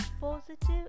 positive